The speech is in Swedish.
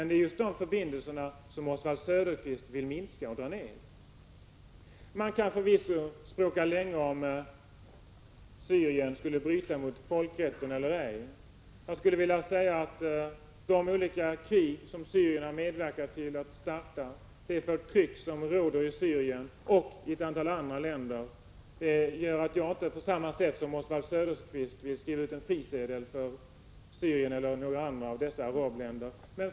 Det är dessa förbindelser som Oswald Söderqvist vill dra ned på. Man kan förvisso diskutera länge om Syrien bryter mot folkrätten eller ej. De olika krig som Syrien har medverkat till att starta och det förtryck som råder i Syrien och i ett antal andra länder gör att jag inte på samma sätt som Oswald Söderqvist vill skriva ut en frisedel för Syrien eller andra berörda arabländer.